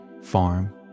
farm